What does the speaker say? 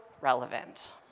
relevant